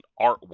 artwork